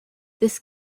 this